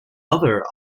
other